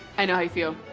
i know how you feel.